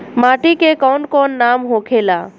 माटी के कौन कौन नाम होखे ला?